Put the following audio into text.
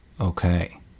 Okay